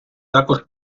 також